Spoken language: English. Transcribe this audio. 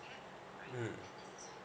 mm